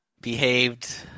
behaved